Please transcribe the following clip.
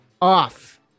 off